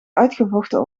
uitgevochten